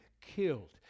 killed